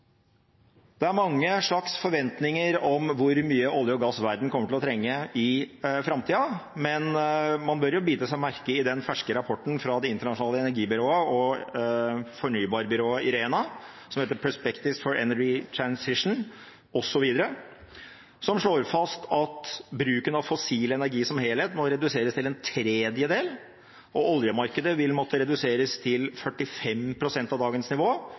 Det er mange slags forventninger om hvor mye olje og gass verden kommer til å trenge i framtida, men man bør bite seg merke i den ferske rapporten fra Det internasjonale energibyrået og fornybarbyrået IRENA, som heter Perspectives for the energy transition, og som slår fast at bruken av fossil energi som helhet må reduseres til en tredjedel, og at oljemarkedet må reduseres til 45 pst. av dagens nivå